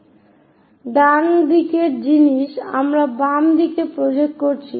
সুতরাং ডান দিকের জিনিস আমরা বাম দিকে প্রজেক্ট করছি